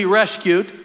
rescued